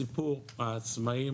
סיפור העצמאים